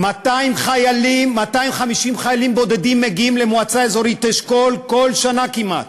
250 חיילים בודדים מגיעים למועצה אזורית אשכול כל שנה כמעט.